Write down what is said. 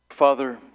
Father